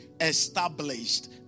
established